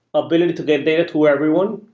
ability to get data to everyone,